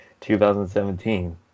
2017